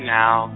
now